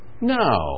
No